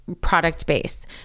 product-based